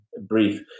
brief